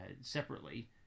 separately